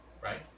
Right